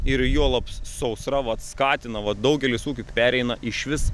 ir juolab sausra vat skatina va daugelis ūkių pereina išvis